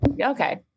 Okay